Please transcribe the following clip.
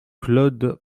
claude